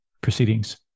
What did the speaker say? proceedings